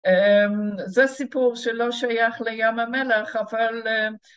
זה סיפור שלא שייך לים המלח, אבל...